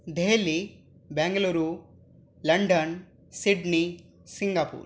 Delhi Bengaluru London Sydney Singapore